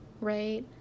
right